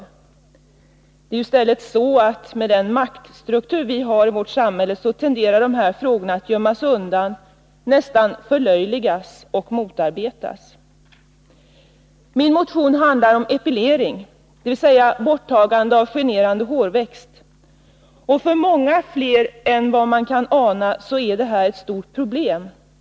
Det är i stället så, att med den maktstruktur vi har i vårt samhälle tenderar dessa frågor att gömmas undan, nästan förlöjligas och motarbetas. Min motion handlar om epilering, dvs. borttagande av generande hårväxt. För många fler än vad man kan ana är detta ett stort problem.